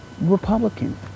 Republican